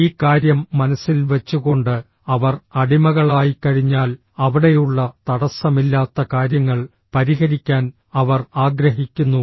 ഈ കാര്യം മനസ്സിൽ വെച്ചുകൊണ്ട് അവർ അടിമകളായിക്കഴിഞ്ഞാൽ അവിടെയുള്ള തടസ്സമില്ലാത്ത കാര്യങ്ങൾ പരിഹരിക്കാൻ അവർ ആഗ്രഹിക്കുന്നു